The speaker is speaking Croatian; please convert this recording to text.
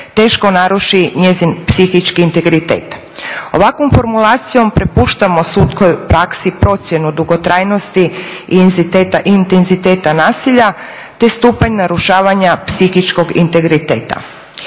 teško naruši njezin psihički integritet. Ovakvom formulacijom prepuštamo sudskoj praksi procjenu dugotrajnosti i intenziteta nasilja te stupanj narušavanja psihičkog integriteta.